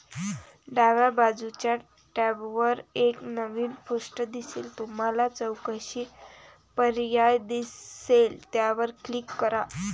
डाव्या बाजूच्या टॅबवर एक नवीन पृष्ठ दिसेल तुम्हाला चौकशी पर्याय दिसेल त्यावर क्लिक करा